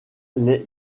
les